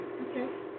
Okay